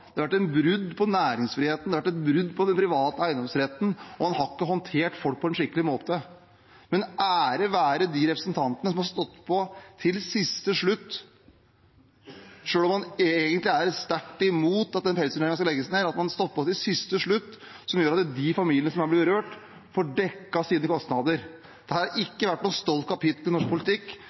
Det har vært et brudd på næringsfriheten, det er et brudd på den private eiendomsretten, og en har ikke håndtert folk på en skikkelig måte. Ære være de representantene som har stått på til siste slutt. Selv om man egentlig er sterkt imot at pelsdyrnæringen skal legges ned, har man stått på til siste slutt, noe som gjør at de familiene som er berørt, får dekket sine kostnader. Dette har ikke vært noe stolt kapittel i norsk politikk,